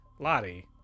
Lottie